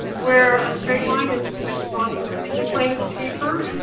where a straight line is and bonds that are in the plane of the paper,